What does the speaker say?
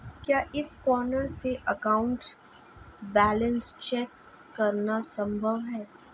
क्या e corner से account balance check करना संभव है?